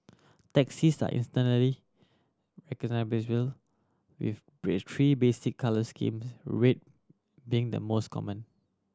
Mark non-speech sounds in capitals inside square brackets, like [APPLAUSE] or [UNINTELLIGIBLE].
taxis are instantly [UNINTELLIGIBLE] with [UNINTELLIGIBLE] three basic colour schemes red being the most common